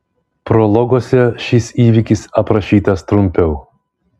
prologuose šis įvykis aprašytas trumpiau